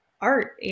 art